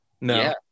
no